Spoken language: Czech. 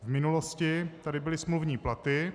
V minulosti tady byly smluvní platy.